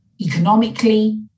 economically